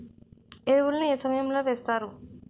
ఎరువుల ను ఏ సమయం లో వేస్తారు?